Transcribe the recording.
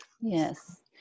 Yes